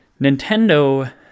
nintendo